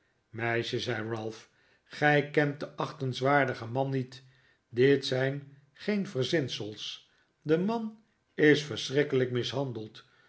meisje zei ralph gij kent den achtenswaardigen man niet dit zijn geen verzinsels de man is verschrikkelijk mishandeld